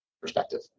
perspective